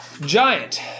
Giant